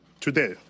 today